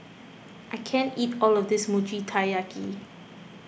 I can't eat all of this Mochi Taiyaki